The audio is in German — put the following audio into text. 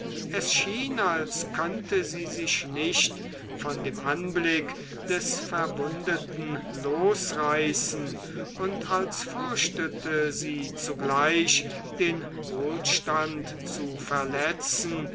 es schien als könnte sie sich nicht von dem anblick des verwundeten losreißen und als fürchtete sie zugleich den wohlstand zu verletzen